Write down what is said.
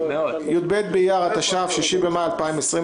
י"ב באייר התש"ף 6 במאי 2020,